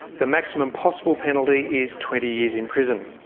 the maximum possible penalty is twenty years in prison.